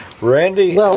Randy